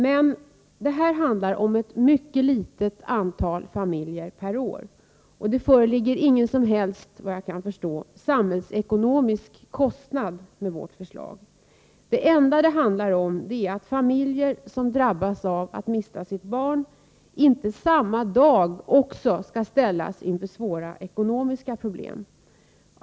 Men det gäller här ett mycket litet antal familjer per år, och det föreligger såvitt jag kan förstå ingen som helst samhällsekonomisk 65 kostnad med vårt förslag. Det enda det handlar om är att familjer som drabbas av att mista sitt barn inte samma dag skall ställas inför svåra ekonomiska problem.